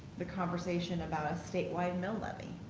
the conversation about a statewide mill levy,